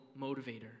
motivator